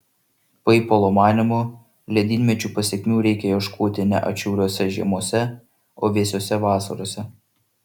paipolo manymu ledynmečių pasekmių reikia ieškoti ne atšiauriose žiemose o vėsiose vasarose